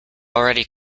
already